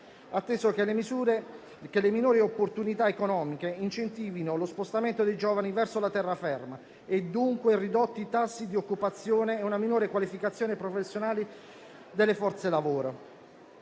atteso che le minori opportunità economiche incentivano lo spostamento dei giovani verso la terraferma e, dunque. ridotti tassi di occupazione e una minore qualificazione professionale della forza lavoro.